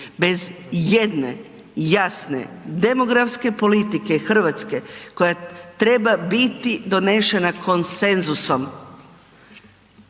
bez jedne jasne demografske politike Hrvatske koja treba biti donesena konsenzusom,